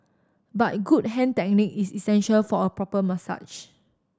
but good hand technique is essential for a proper massage